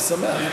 אני שמח.